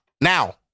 Now